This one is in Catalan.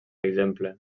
exemple